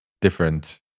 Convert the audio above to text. Different